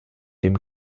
dem